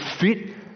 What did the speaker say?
fit